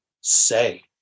say